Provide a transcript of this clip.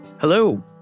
Hello